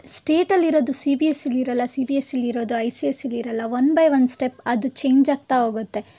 ಸ್ಟೇಟಲ್ಲಿರೋದು C B S ಸಿಲಿರೋಲ್ಲ C B S ಸಿಲಿರೋದು I C S ಸಿಲಿರೋಲ್ಲ ಒನ್ ಬೈ ಒನ್ ಸ್ಟೆಪ್ ಅದು change ಆಗ್ತಾ ಹೋಗತ್ತೆ